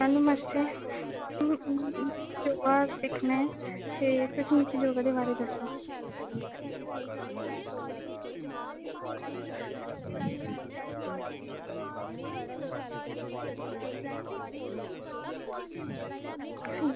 नमस्ते ते में तुसेंगी केह्दे केह्दे बारै ई दस्सां